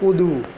કૂદવું